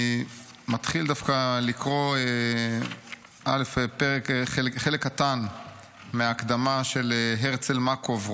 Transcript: אני מתחיל לקרוא דווקא חלק קטן מההקדמה של הרצל מקוב,